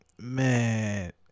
man